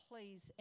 Please